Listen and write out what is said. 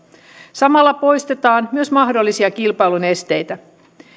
samalla poistetaan myös mahdollisia kilpailun esteitä